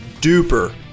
duper